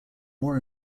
more